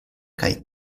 kaj